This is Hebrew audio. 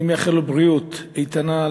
אני מאחל לו בריאות איתנה,